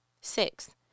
Six